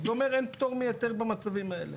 ואומר אין פטור מהיתר במצבים האלה.